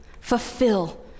fulfill